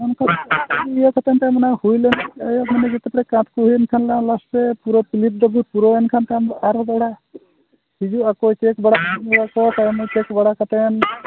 ᱚᱱᱠᱟ ᱤᱭᱟᱹ ᱠᱟᱛᱮᱫ ᱦᱩᱭ ᱞᱮᱱᱠᱷᱟᱱ ᱢᱟᱱᱮ ᱞᱟᱥᱴᱮ ᱯᱩᱨᱟᱹ ᱫᱚ ᱯᱩᱨᱟᱹᱣᱮᱱ ᱠᱷᱟᱱ ᱟᱨᱦᱚᱸ ᱫᱚᱦᱲᱟ ᱦᱤᱡᱩᱜ ᱟᱠᱚ ᱛᱟᱭᱚᱢ ᱪᱮᱠ ᱵᱟᱲᱟ ᱠᱟᱛᱮᱱ